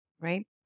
right